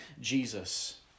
Jesus